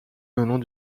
venant